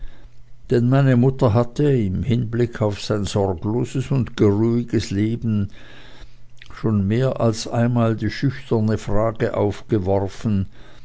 denn meine mutter hatte im hinblick auf sein sorgloses und geruhiges leben schon mehr als einmal die schüchterne frage aufgeworfen